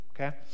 okay